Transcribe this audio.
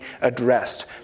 addressed